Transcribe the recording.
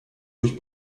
durch